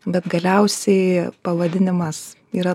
bet galiausiai pavadinimas yra